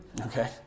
okay